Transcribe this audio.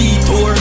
detour